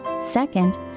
Second